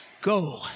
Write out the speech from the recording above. Go